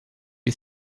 you